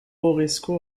horresco